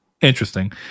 interesting